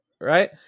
right